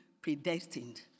predestined